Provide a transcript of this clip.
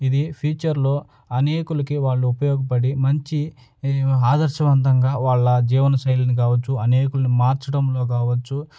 ఇది ఫ్యూచర్లో అనేకులకి వాళ్ళు ఉపయోగపడి మంచి ఆదర్శవంతంగా వాళ్ళ జీవనశైలిని కావచ్చు అనేకులని మార్చడంలో కావచ్చు